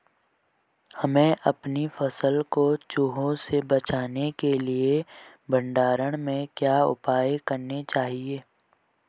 हमें अपनी फसल को चूहों से बचाने के लिए भंडारण में क्या उपाय करने चाहिए?